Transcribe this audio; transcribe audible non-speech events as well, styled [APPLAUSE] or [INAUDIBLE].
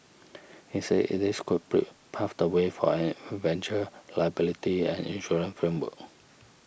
[NOISE] he said it is could pray pave the way for an eventual liability and insurance framework